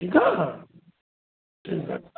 ठीकु आहे ठीकु आहे